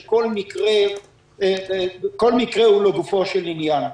כאשר כל מקרה הוא לגופו של עניין.